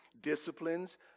disciplines